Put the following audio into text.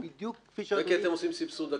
בדיוק כפי שאדוני --- זה כי אתם עושים סבסוד עקיף.